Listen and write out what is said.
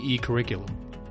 curriculum